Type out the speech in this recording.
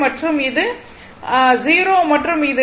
மற்றும் இது r 0 மற்றும் இது r T